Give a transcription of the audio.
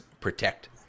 protect